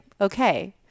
okay